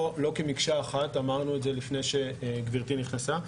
לא כמקשה אחת, אמרנו את זה לפני שגברתי נכנסה.